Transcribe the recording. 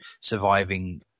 surviving